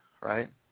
right